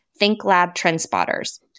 ThinkLabTrendSpotters